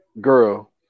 girl